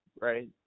right